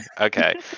okay